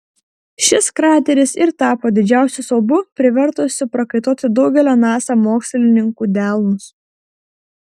šis krateris ir tapo didžiausiu siaubu privertusiu prakaituoti daugelio nasa mokslininkų delnus